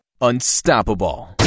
unstoppable